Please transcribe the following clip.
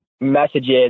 messages